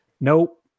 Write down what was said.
Nope